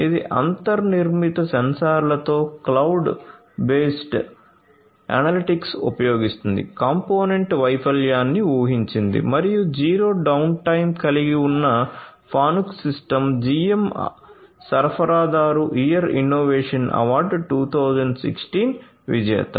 ఇది అంతర్నిర్మిత సెన్సార్లతో క్లౌడ్ బేస్డ్ ఎనలిటిక్స్ ఉపయోగిస్తుంది కాంపోనెంట్ వైఫల్యాన్ని ఊహించింది మరియు జీరో డౌన్టైమ్ కలిగి ఉన్న ఫానుక్ సిస్టమ్ GM సరఫరాదారు ఇయర్ ఇన్నోవేషన్ అవార్డు 2016 విజేత